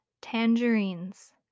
tangerines